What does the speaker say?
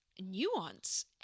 nuance